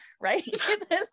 right